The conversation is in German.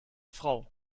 frau